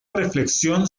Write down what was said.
reflexión